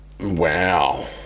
Wow